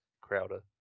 Crowder